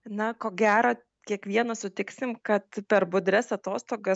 na ko gero kiekvienas sutiksim kad per budrias atostogas